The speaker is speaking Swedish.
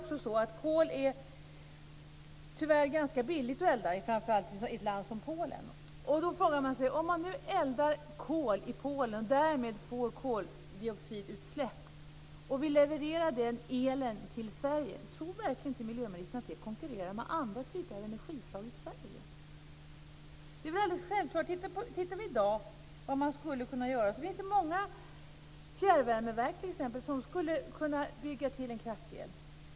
Kol är tyvärr ganska billigt att elda med, framför allt i ett land som Polen. Om man nu eldar med kol i Polen, och därmed får koldioxidutsläpp, och levererar den elen till Sverige, tror verkligen inte miljöministern att det konkurrerar med andra typer av energislag i Sverige? Det är väl alldeles självklart. Om vi tittar på vad man i dag skulle kunna göra finns det många fjärrvärmeverk som skulle kunna bygga till en kraftdel.